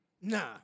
Nah